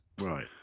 right